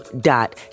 dot